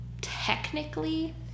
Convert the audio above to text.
technically